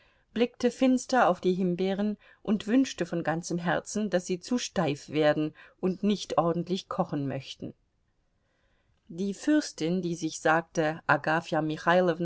blickte finster auf die himbeeren und wünschte von ganzem herzen daß sie zu steif werden und nicht ordentlich kochen möchten die fürstin die sich sagte agafja